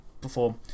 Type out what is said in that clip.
perform